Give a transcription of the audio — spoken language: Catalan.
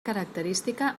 característica